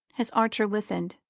as archer listened,